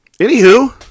anywho